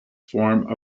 form